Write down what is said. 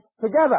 together